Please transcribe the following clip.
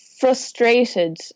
frustrated